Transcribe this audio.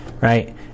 right